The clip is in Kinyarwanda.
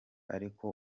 ariko